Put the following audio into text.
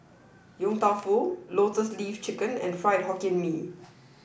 Yong Tau Foo Lotus Leaf Chicken and fried Hokkien Mee